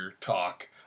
talk